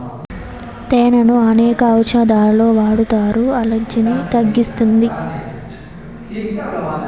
తేనెను అనేక ఔషదాలలో వాడతారు, అలర్జీలను తగ్గిస్తాది